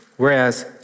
whereas